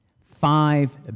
Five